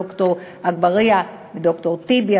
ד"ר אגבאריה וד"ר טיבי,